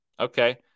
Okay